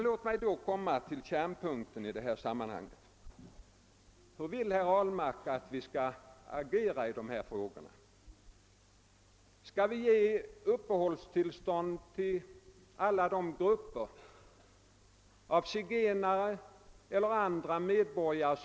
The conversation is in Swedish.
Låt mig sedan komma till kärnpunkten i resonemanget: Hur vill herr Ahlmark att vi skall agera i dessa ärenden? Skall vi ge uppehållstillstånd till alla de grupper zigenare som reser in i vårt land?